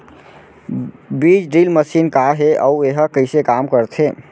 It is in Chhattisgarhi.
बीज ड्रिल मशीन का हे अऊ एहा कइसे काम करथे?